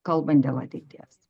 kalban dėl ateities